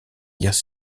guerre